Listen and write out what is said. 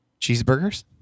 Cheeseburgers